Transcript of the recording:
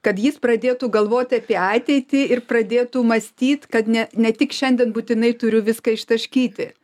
kad jis pradėtų galvoti apie ateitį ir pradėtų mąstyt kad ne ne tik šiandien būtinai turiu viską ištaškyti